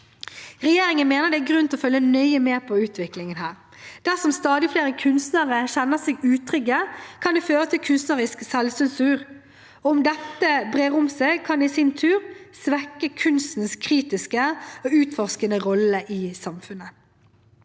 Regjeringen mener det er grunn til å følge nøye med på utviklingen her. Dersom stadig flere kunstnere kjenner seg utrygge, kan det føre til kunstnerisk selvsensur. Om dette brer seg, kan det i sin tur svekke kunstens kritiske og utforskende rolle i samfunnet.